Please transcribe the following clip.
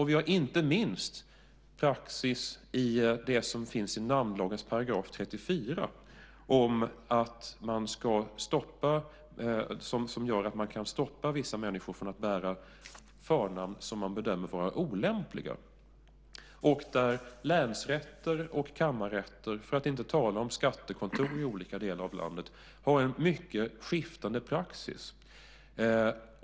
Vi har, inte minst, den praxis som finns i namnlagens § 34 som gör att man kan stoppa vissa människor från att bära förnamn som man bedömer vara olämpliga. Där har länsrätter och kammarrätter, för att inte tala om skattekontor i olika delar av landet, en mycket skiftande praxis.